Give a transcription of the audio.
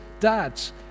Dad's